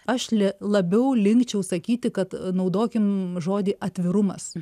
aš le labiau linkčiau sakyti kad naudokim žodį atvirumas